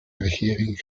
regering